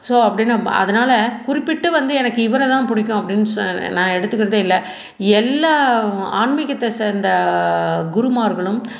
so அப்படி அதனால் குறிப்பிட்டு வந்து எனக்கு இவர்தான் பிடிக்கும் அப்படின்னு சொ நான் எடுத்துக்கிறதே இல்லை எல்லாம் ஆன்மீகத்தை சேர்ந்த குருமார்களும்